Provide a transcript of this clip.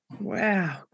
Wow